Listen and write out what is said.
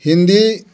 Hindi